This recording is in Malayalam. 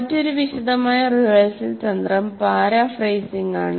മറ്റൊരു വിശദമായ റിഹേഴ്സൽ തന്ത്രം പരാഫ്രേസിംഗ് ആണ്